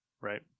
right